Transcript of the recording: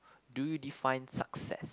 do you define success